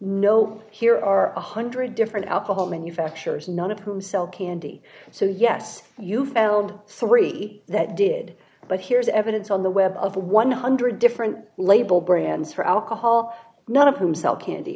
no here are one hundred different alcohol manufacturers none of whom sell candy so yes you found summary that did but here's evidence on the web of one hundred different label brands for alcohol none of whom sell candy